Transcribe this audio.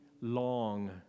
long